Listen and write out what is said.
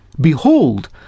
Behold